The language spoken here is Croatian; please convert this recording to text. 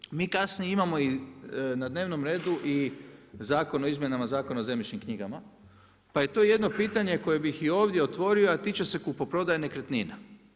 Druga stvar, mi kasnije imamo na dnevnom redu i Zakon o izmjenama Zakona o zemljišnim knjigama, pa je to jedno pitanje koje bih i ovdje otvorio a tiče se kupoprodaje nekretnina.